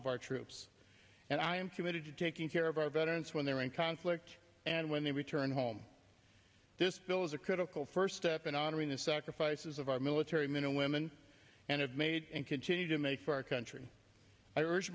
of our troops and i am committed to taking care of our veterans when they're in conflict and when they return home this bill is a critical first step in honoring the sacrifices of our military men and women and have made and continue to make for our country i